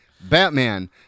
Batman